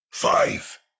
Five